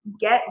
get